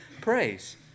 praise